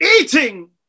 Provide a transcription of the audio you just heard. eating